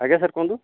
ଆଜ୍ଞା ସାର୍ କୁହନ୍ତୁ